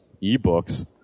e-books